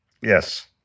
Yes